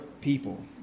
people